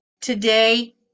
today